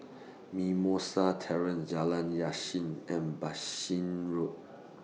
Mimosa Terrace Jalan Yasin and Bassein Road